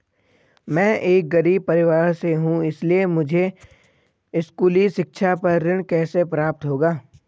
मैं एक गरीब परिवार से हूं इसलिए मुझे स्कूली शिक्षा पर ऋण कैसे प्राप्त होगा?